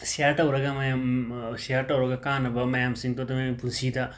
ꯁꯤꯌꯔ ꯇꯧꯔꯒ ꯃꯌꯥꯝ ꯁꯤꯌꯔ ꯇꯧꯔꯒ ꯀꯥꯟꯅꯕ ꯃꯌꯥꯝꯁꯤꯡꯗꯣ ꯑꯗꯨꯃꯥꯏ ꯄꯨꯟꯁꯤꯗ